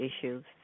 issues